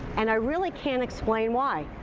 and i really can't explain why,